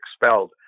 expelled